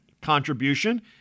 contribution